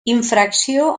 infracció